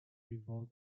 revolt